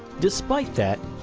despite that,